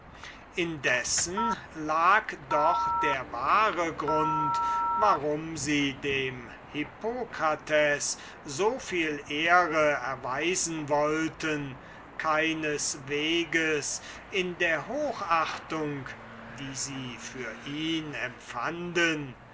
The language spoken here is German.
indessen lag doch der wahre grund warum sie dem hippokrates so viel ehre erweisen wollten keinesweges in der hochachtung die sie für ihn empfanden